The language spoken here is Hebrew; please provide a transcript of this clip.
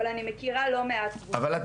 אבל אני מכירה לא מעט קבוצות -- אבל את